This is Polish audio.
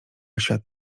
świat